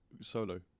solo